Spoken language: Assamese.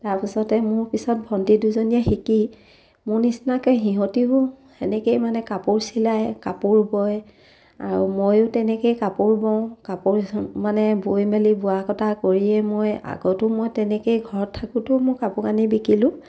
তাৰপিছতে মোৰ পিছত ভণ্টি দুজনীয়ে শিকি মোৰ নিচিনাকে সিহঁতেও সেনেকেই মানে কাপোৰ চিলাই কাপোৰ বয় আৰু ময়ো তেনেকেই কাপোৰ বওঁ কাপোৰ মানে বৈ মেলি বোৱা কটা কৰিয়ে মই আগতো মই তেনেকেই ঘৰত থাকোঁতেও মই কাপোৰ কানি বিকিলোঁ